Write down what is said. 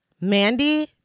Mandy